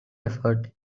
effort